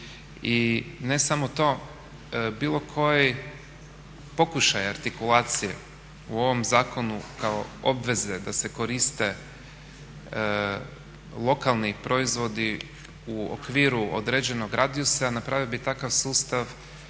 ne samo to bilo koji pokušaj artikulacije u ovom zakonu kao obveze da se koriste lokalni proizvodi u okviru određenoj radijusa napravio bi takav sustav